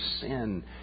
sin